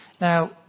Now